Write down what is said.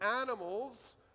animals